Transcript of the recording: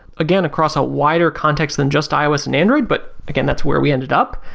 again, across a wider context than just ios and android but again, that's where we ended up.